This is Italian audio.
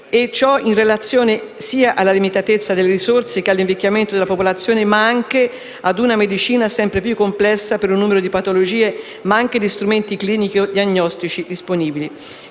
Ciò è in relazione sia alla limitatezza delle risorse che all'invecchiamento della popolazione, ma anche ad una medicina sempre più complessa per numero di patologie e di strumenti clinico-diagnostici disponibili.